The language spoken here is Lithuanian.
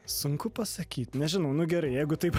sunku pasakyti nežinau nu gerai jeigu taip